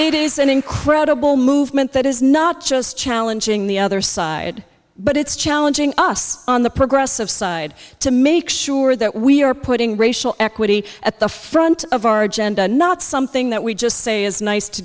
it is an incredible movement that is not just challenging the other side but it's chalo joining us on the progressive side to make sure that we are putting racial equity at the front of our agenda not something that we just say is nice to